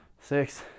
six